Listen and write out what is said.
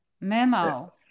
memo